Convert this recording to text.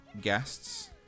guests